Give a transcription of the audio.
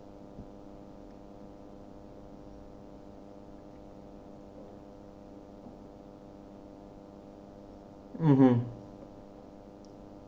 mmhmm